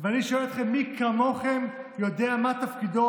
ואני שואל אתכם: מי כמוכם יודע מה תפקידו